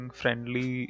friendly